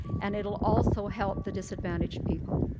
and it will also help the disadvantaged people.